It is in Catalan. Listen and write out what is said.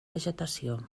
vegetació